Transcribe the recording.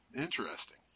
Interesting